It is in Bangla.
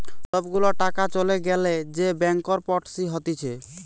সব গুলা টাকা চলে গ্যালে যে ব্যাংকরপটসি হতিছে